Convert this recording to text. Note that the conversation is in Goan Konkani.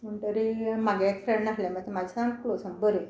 म्हणटरी म्हागे एक फ्रँड आसलें म्हाका म्हाजे सामकें क्लोज साम बरें